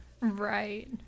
right